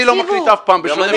אני לא מקליט אף פעם.